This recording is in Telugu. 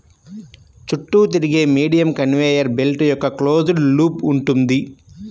చుట్టూ తిరిగే మీడియం కన్వేయర్ బెల్ట్ యొక్క క్లోజ్డ్ లూప్ ఉంటుంది